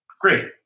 Great